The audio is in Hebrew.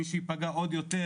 מי שייפגע עוד יותר,